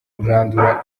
kurandura